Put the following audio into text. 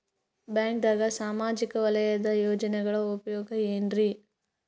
ಬ್ಯಾಂಕ್ದಾಗ ಸಾಮಾಜಿಕ ವಲಯದ ಯೋಜನೆಗಳ ಉಪಯೋಗ ಏನ್ರೀ?